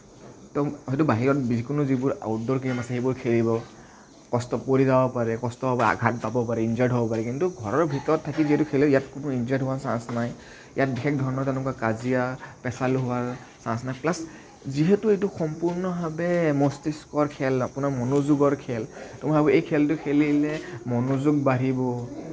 হয়টো বাহিৰত যিবোৰ আউটড'ৰ গেম আছে সেইবোৰ খেলিব কষ্ট পৰি যাব পাৰে কষ্ট পাব পাৰে আঘাত পাব পাৰে ইঞ্জিয়ৰ্ড হ'ব পাৰে কিন্তু ঘৰৰ ভিতৰত থাকি যিহেতু খেলে ইয়াত কোনো ইঞ্জিয়ৰ্ড হোৱাৰ চাঞ্চ নাই ইয়াত বিশেষ ধৰণৰ তেনেকুৱা কাজিয়া পেচাল হোৱাৰ চাঞ্চ নাই প্লাচ যিহেতু এইটো সম্পূৰ্ণ ভাবে মস্তিস্কৰ খেল আপোনাৰ মনোযোগৰ খেল ত' মই ভাবোঁ এই খেলটো খেলিলে মনোযোগ বাঢ়িব